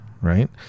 Right